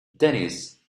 denise